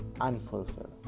unfulfilled